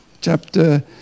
chapter